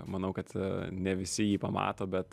manau kad ne visi jį pamato bet